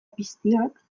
piztiak